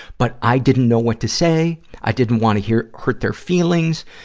but i didn't know what to say, i didn't want to hear, hurt their feelings.